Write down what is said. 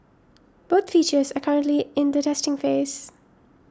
both features are currently in the testing phase